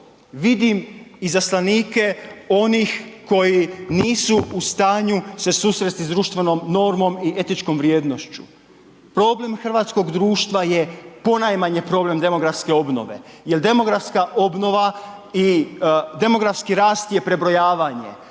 Vidim izaslanike onih koji nisu u stanju se susresti s društvenom normom i etičkom vrijednošću. Problem hrvatskog društva je ponajmanje problem demografske obnove jer demografska obnova i demografski rast je prebrojavanje.